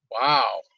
Wow